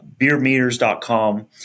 beermeters.com